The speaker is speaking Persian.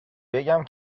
بگم